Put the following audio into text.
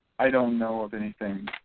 i don't know of anything.